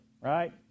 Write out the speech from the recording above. right